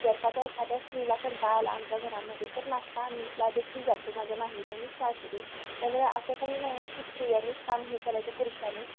जर का त्या एखाद्या स्त्रीला कंटाळा आला आमच्या घरामध्ये तर नाष्टा आणला देखील जातो माझ्या माहेरी आणि सासरी त्यामुळे असं काही नाही की स्त्रियानीच काम हे करायचं पुरुषांनी